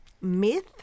myth